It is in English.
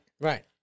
Right